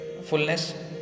fullness